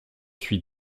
suis